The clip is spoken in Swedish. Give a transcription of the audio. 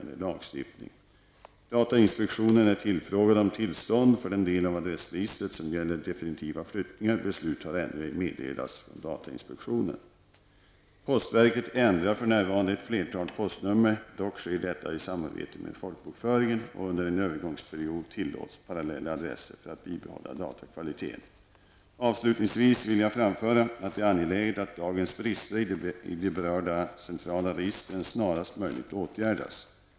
Datainspektionen är tillfrågad om tillstånd för den del av adressregistret som gäller definitiva flyttningar. Beslut har ännu ej meddelats från datainspektionen. Postverket ändrar för närvarande ett flertal postnummer; dock sker detta i samarbete med folkbokföringen, och under en övergångsperiod tillåts parallella adresser för att bibehålla datakvaliteten. Avslutningsvis vill jag framföra att det är angeläget att dagens brister i de berörda centrala registren snarast möjligt åtgärdas.